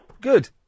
Good